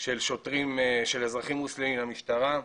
של שוטרים, של אזרחים מוסלמים למשטרה,